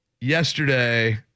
Yesterday